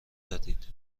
زدید